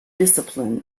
discipline